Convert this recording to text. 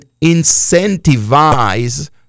incentivize